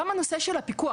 גם הנושא של הפיקוח,